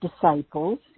disciples